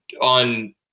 on